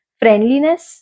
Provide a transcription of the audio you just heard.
friendliness